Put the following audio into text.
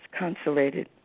consolated